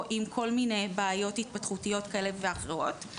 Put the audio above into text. או עם כל מיני בעיות התפתחותיות כאלה ואחרות.